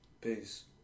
Peace